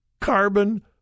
Carbon